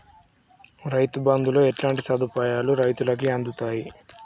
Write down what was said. రైతు బంధుతో ఎట్లాంటి సదుపాయాలు రైతులకి అందుతయి?